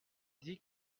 dit